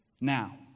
now